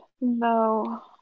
No